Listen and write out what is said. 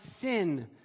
sin